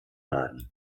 baden